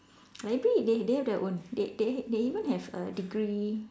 library they they have their own they they they even have a degree